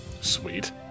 Sweet